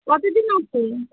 কতজন আছে